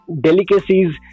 delicacies